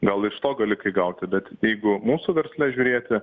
gal iš to gali gauti bet jeigu mūsų versle žiūrėti